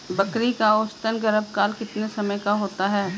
बकरी का औसतन गर्भकाल कितने समय का होता है?